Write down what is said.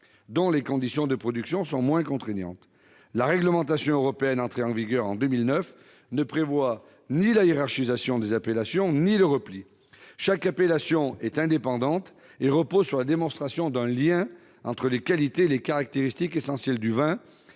dont les conditions de production sont moins contraignantes. La réglementation européenne entrée en vigueur en 2009 ne prévoit ni la hiérarchisation des appellations ni le repli. Chaque appellation est indépendante et repose sur la démonstration d'un lien entre les qualités et les caractéristiques essentielles du vin